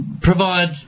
provide